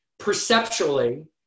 Perceptually